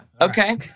Okay